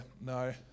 no